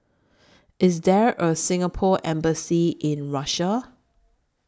IS There A Singapore Embassy in Russia